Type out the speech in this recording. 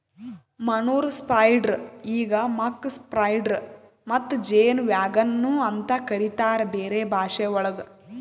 manure spreader ಈಗ್ muck spreader ಮತ್ತ ಜೇನ್ ವ್ಯಾಗನ್ ನು ಅಂತ ಕರಿತಾರ್ ಬೇರೆ ಭಾಷೆವಳಗ್